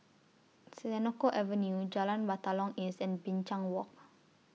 Senoko Avenue Jalan Batalong East and Binchang Walk